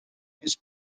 his